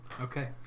okay